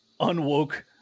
unwoke